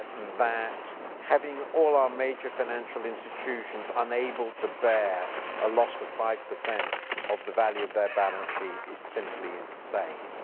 that having all our major financial institutions unable to bear a loss of five percent of the value of their balance sheet is simply insane.